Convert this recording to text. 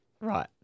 Right